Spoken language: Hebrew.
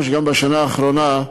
שגם בשנה האחרונה,